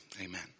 Amen